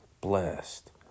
blessed